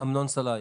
ריבונו של עולם,